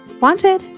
Wanted